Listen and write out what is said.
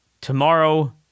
Tomorrow